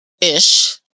Ish